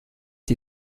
dir